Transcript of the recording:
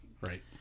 Right